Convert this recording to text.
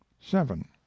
seven